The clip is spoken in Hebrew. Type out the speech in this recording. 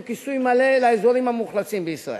כיסוי מלא לאזורים המאוכלסים בישראל.